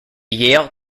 yale